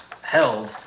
held